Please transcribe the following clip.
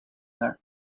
there